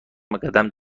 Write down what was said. بقدم